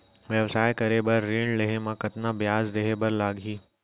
व्यवसाय करे बर ऋण लेहे म कतना ब्याज देहे बर लागही?